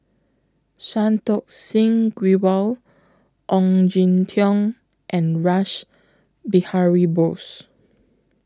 Santokh Singh Grewal Ong Jin Teong and Rash Behari Bose